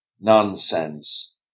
nonsense